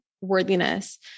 worthiness